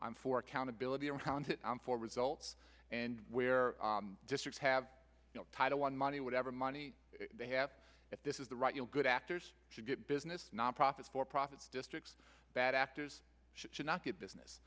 i'm for accountability around it and for results and where districts have title one money whatever money they have at this is the right you'll good actors should get business nonprofits for profits districts bad actors should not get business